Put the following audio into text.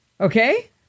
Okay